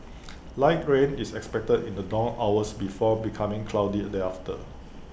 light rain is expected in the dawn hours before becoming cloudy thereafter